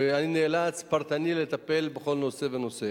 גם בפני, ואני נאלץ, פרטנית, לטפל בכל נושא ונושא.